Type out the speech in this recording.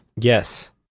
Yes